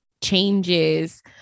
changes